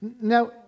Now